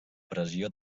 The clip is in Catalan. pressió